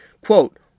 Quote